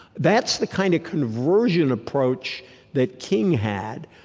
that's the kind of conversion approach that king had.